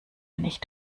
nicht